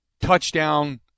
touchdown